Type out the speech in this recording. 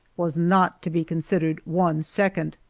was not to be considered one second.